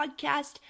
podcast